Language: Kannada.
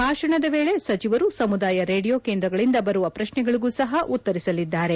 ಭಾಷಣದ ವೇಳೆ ಸಚವರು ಸಮುದಾಯ ರೇಡಿಯೋ ಕೇಂದ್ರಗಳಿಂದ ಬರುವ ಪ್ರಶ್ನೆಗಳಿಗೂ ಸಹ ಉತ್ತರಿಸಲಿದ್ದಾರೆ